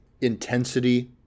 intensity